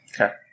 Okay